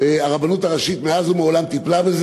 שהרבנות הראשית מאז ומעולם טיפלה בו.